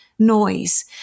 noise